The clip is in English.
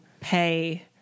pay